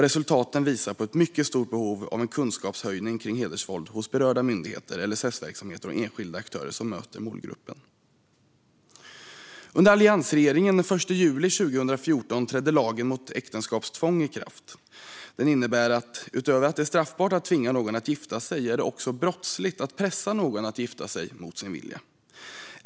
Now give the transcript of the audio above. Resultaten visar på ett mycket stort behov av en kunskapshöjning kring hedersvåld hos berörda myndigheter, LSS-verksamheter och enskilda aktörer som möter målgruppen. Under alliansregeringen, den 1 juli 2014, trädde lagen mot äktenskapstvång i kraft. Den innebär att det utöver att det är straffbart att tvinga någon att gifta sig också är brottsligt att pressa någon att gifta sig mot sin vilja.